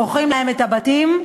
מוכרים להם את הבתים,